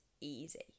easy